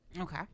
Okay